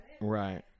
Right